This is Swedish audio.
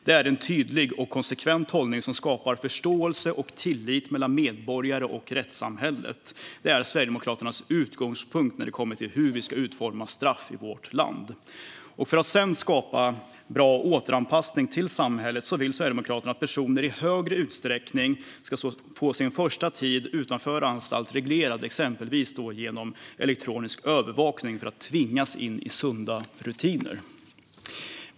Det är en tydlig och konsekvent hållning som skapar förståelse och tillit mellan medborgarna och rättssamhället. Detta är Sverigedemokraternas utgångspunkt när det gäller hur vi ska utforma straff i vårt land. För att sedan skapa en bra återanpassning till samhället vill Sverigedemokraterna att personer i större utsträckning ska få sin första tid utanför anstalt reglerad, exempelvis genom elektronisk övervakning, för att tvingas in i sunda rutiner.